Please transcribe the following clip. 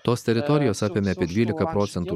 tos teritorijos apėmė apie dvylika procentų